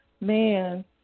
man